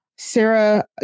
Sarah